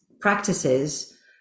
practices